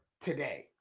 today